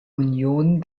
union